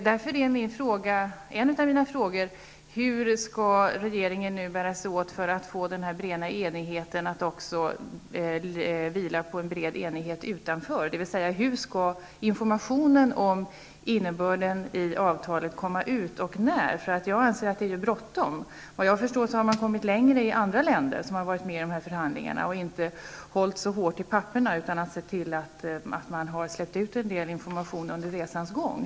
Därför är en av mina frågor: Hur skall regeringen nu bära sig åt för att få den breda enigheten i kammaren att också vila på en bred enighet utanför kammaren, dvs. hur skall informationen om innebörden i avtalet komma ut och när? Jag anser att det är bråttom. Efter vad jag har förstått har man kommit längre i andra länder som har varit med i förhandlingarna. Där har man inte hållit så hårt i papperen, utan man har sett till att släppa ut en del information under resans gång.